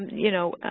you know,